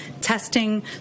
testing